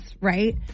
right